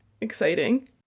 Exciting